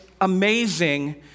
amazing